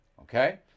okay